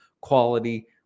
quality